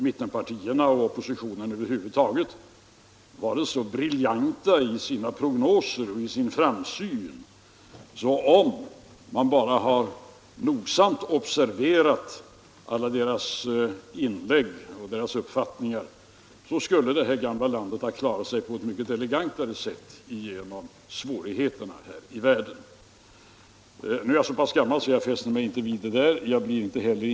Mittenpartierna och oppositionen över huvud taget har dessutom varit så briljanta i sina prognoser och i sin framsynthet, att om man bara hade nogsamt observerat alla deras inlägg och deras uppfattningar så skulle det här gamla landet ha klarat sig på ett ännu mera elegant sätt genom svårigheterna här i världen. Nu är jag så pass gammal så jag fäster mig inte vid det där.